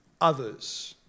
others